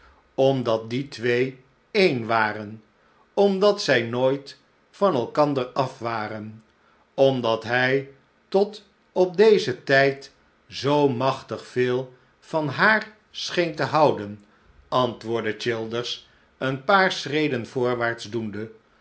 omdat die twee een waren omdat zij nooit van elkander af waren omdat hij tot op dezen tijd zoo machtig veel van haar scheen te houden antwoordde childers een paar schreden voorwaarts doende